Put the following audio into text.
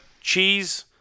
Cheese